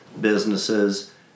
businesses